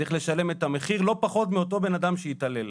צריך לשלם את המחיר לא פחות מאותו בן אדם שהתעלל.